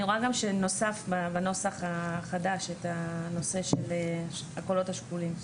אני רואה גם שנוסף בנוסח החדש את הנושא של הקולות השקולים.